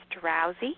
drowsy